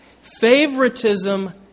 Favoritism